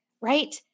right